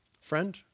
Friend